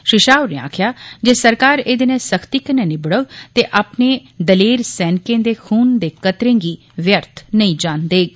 श्री शाह होरें आक्खेआ जे सरकार एह्दे नै सख्ती कन्नै निबड़ोग ते अपने दलेर सैनिकें दे खून दे कतरें गी व्यर्थ नेई जान देग